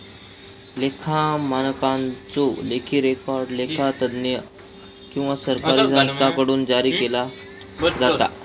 लेखा मानकांचो लेखी रेकॉर्ड लेखा तज्ञ किंवा सरकारी संस्थांकडुन जारी केलो जाता